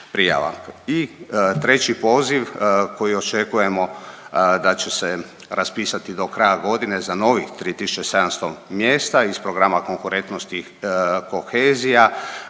I treći poziv koji očekujemo da će se raspisati do kraja godine za novih 3700 mjesta iz programa konkurentnost i kohezija.